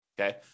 Okay